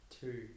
two